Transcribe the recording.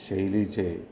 शैलीचे